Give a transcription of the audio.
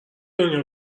دنیا